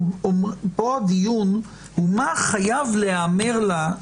הדיון עכשיו הוא בשאלה מה חייב להיאמר לה,